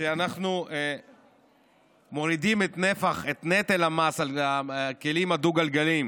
שאנחנו מורידים את נטל המס על הכלים הדו-גלגליים